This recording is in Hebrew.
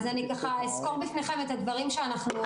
אסקור בפניכם את הדברים שאנחנו עושים.